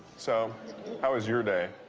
so how was your day?